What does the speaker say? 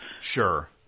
Sure